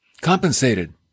compensated